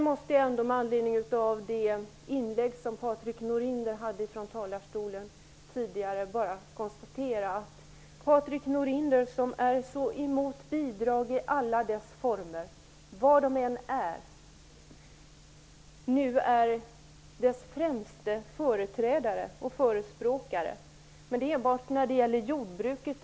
Med anledning av Patrik Norinders inlägg tidigare måste jag konstatera att han som är så emot bidrag i alla dess former nu är deras främsta företrädare och förespråkare. Men det är tydligen bara när det gäller jordbruket.